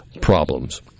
problems